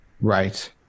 Right